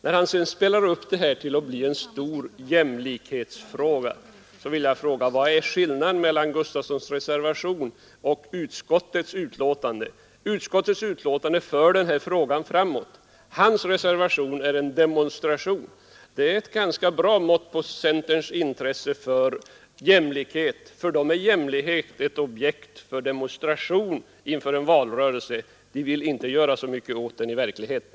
När sedan herr Gustafsson spelar upp detta till att bli en stor jämlikhetsfråga, vill jag fråga var skillnaden ligger mellan herr Gustafssons reservation och utskottets hemställan. Utskottsmajoriteten för den här frågan framåt. Hans reservation är en demonstration. Den utgör ett ganska bra mått på centerns intresse för jämlikhet; för centern är jämlikhet ett objekt för demonstration inför en valrörelse. Men ni vill inte göra mycket åt den i verkligheten.